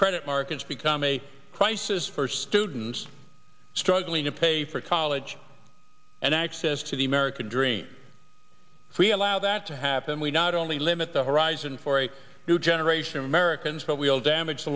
markets become a crisis for students struggling to pay for college and access to the american dream if we allow that to happen we not only limit the horizon for a new generation of americans but we'll damage the